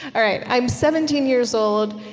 all right i'm seventeen years old,